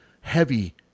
heavy